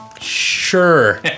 Sure